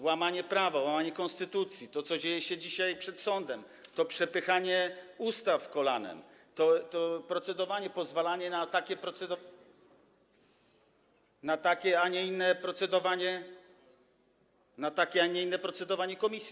Łamanie prawa, łamanie konstytucji, to, co dzieje się dzisiaj przed sądem, to przepychanie ustaw kolanem, to procedowanie, pozwalanie na takie, a nie inne procedowanie, na takie, a nie inne procedowanie w komisjach.